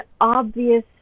obvious